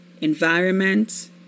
environment